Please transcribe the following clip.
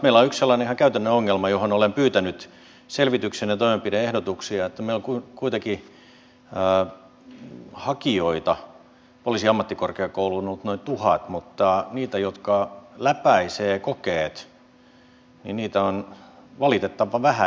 nyt meillä on yksi sellainen ihan käytännön ongelma johon olen pyytänyt selvityksen ja toimenpide ehdotuksia että meillä on kuitenkin hakijoita poliisiammattikorkeakouluun ollut noin tuhat mutta niitä jotka läpäisevät kokeet on valitettavan vähän